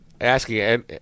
asking –